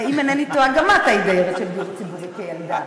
-- ואם אינני טועה גם את היית דיירת של דיור ציבורי כילדה.